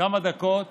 כמה דקות